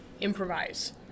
improvise